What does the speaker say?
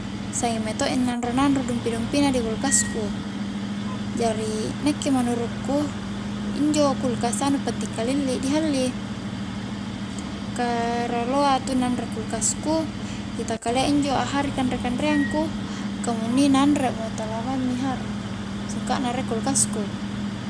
Sanging mae to'i nanro-nanro dumpi-dumpi na di kulkas ku jari nakke menurukku injo kulkas a nu panting kalilli di halli ka rioloa wattunna anre kulkas ku itak kalia injo a hari kanre-kanreang ku kamuninna anre mo, tala maing mi hari sungka na riek kulkas ku